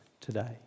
today